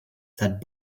that